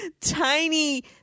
tiny